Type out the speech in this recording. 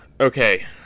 Okay